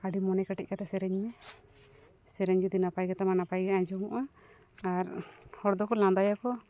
ᱟᱹᱰᱤ ᱢᱚᱱᱮ ᱠᱮᱴᱮᱡ ᱠᱟᱛᱮᱫ ᱥᱮᱨᱮᱧ ᱢᱮ ᱥᱮᱨᱮᱧ ᱡᱩᱫᱤ ᱱᱟᱯᱟᱭ ᱜᱮᱛᱟᱢᱟ ᱱᱟᱯᱟᱭᱼᱜᱮ ᱟᱸᱡᱚᱢᱚᱜᱼᱟ ᱟᱨ ᱦᱚᱲ ᱫᱚᱠᱚ ᱞᱟᱸᱫᱟᱭᱟᱠᱚ